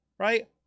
Right